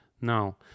now